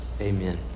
amen